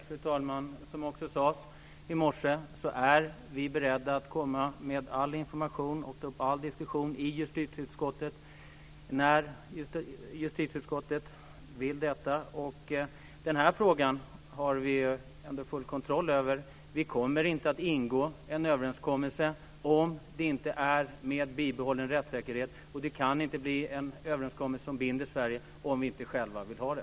Fru talman! Som sades i morse är vi beredda att komma med all information och ta upp all diskussion i justitieutskottet när justitieutskottet så vill. Den här frågan har vi ändå full kontroll över. Vi kommer inte att ingå en överenskommelse om det inte är med bibehållen rättssäkerhet, och det kan inte bli en överenskommelse som binder Sverige om vi inte själva vill det.